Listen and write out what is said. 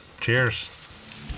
Cheers